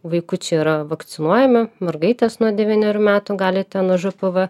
vaikučiai yra vakcinuojami mergaitės nuo devynerių metų gali ten nuo žpv